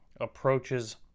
approaches